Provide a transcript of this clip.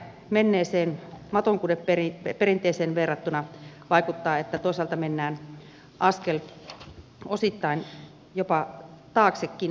menneeseen matonkudeperinteeseen verrattuna vaikuttaa nyt siltä että toisaalta mennään askel osittain jopa taaksekin päin